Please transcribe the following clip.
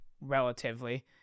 relatively